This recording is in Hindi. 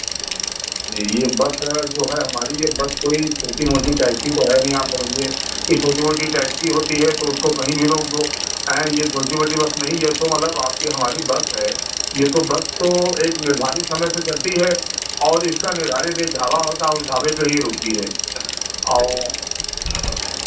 ये ये बस जो है हमारी ये बस कोई छोटी मोटी टैक्सी तो है नहीं आप समझिए कि छोटी मोटी टैक्सी होती है तो उसको कहीं भी रोक दो आँए ये छोटी मोटी बस नहीं ये तो मतलब आपकी हमारी बस है ये तो बस तो एक निर्धारित समय से चलती है और इसका निर्धारित एक ढाबा होता है उस ढाबे पे ही रुकती है और